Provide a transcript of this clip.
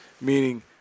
meaning